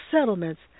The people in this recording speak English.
settlements